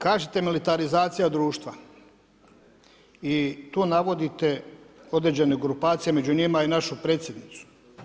Kažete militarizacija društva i tu navodite određene grupaciju i među njima i našu predsjednicu.